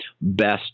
best